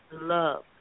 love